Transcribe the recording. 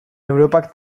europak